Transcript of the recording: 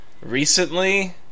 recently